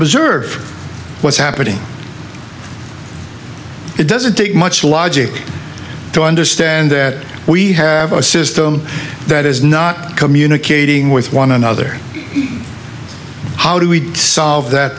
observe what's happening it doesn't take much logic to understand that we have a system that is not communicating with one another how do we solve that